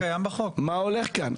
מה הולך כאן?